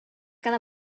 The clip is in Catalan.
cada